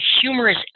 humorous